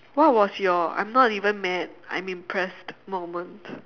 what was your I'm not even mad I'm impressed moment